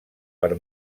per